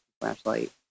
flashlight